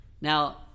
Now